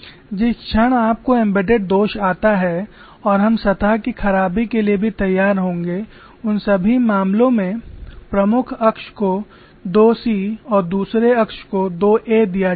जिस क्षण आपको एम्बेडेड दोष आता है और हम सतह की खराबी के लिए भी तैयार होंगे उन सभी मामलों में प्रमुख अक्ष को 2 c और दुसरे अक्ष को 2a दिया जाता है